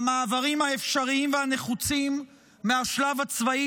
למעברים האפשריים והנחוצים מהשלב הצבאי